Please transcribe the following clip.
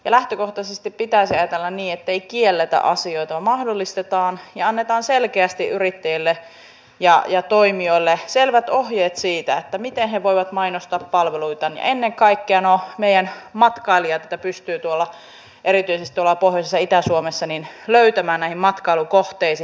lähtökohtaisesti pitäisi ajatella niin että ei kielletä asioita vaan mahdollistetaan ja annetaan selkeästi yrittäjille ja toimijoille selvät ohjeet siitä miten he voivat mainostaa palveluitaan niin että ennen kaikkea nuo meidän matkailijamme pystyvät erityisesti tuolla pohjoisessa ja itä suomessa löytämään näihin matkailukohteisiin